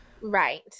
Right